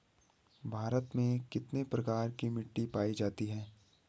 भारत में कितने प्रकार की मिट्टी पाई जाती हैं?